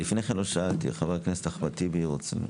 לפני כן, האם חבר הכנסת אחמד טיבי רוצה להתייחס?